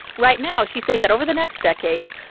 right now, she's saying that over the next decade,